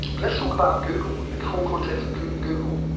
but let's talk about google and the whole context of google.